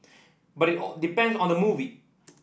but depends on the movie